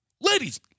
ladies